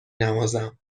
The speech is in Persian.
نوازم